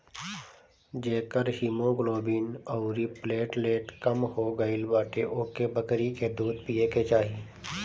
जेकर हिमोग्लोबिन अउरी प्लेटलेट कम हो गईल बाटे ओके बकरी के दूध पिए के चाही